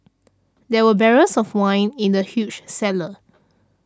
there were barrels of wine in the huge cellar